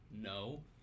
no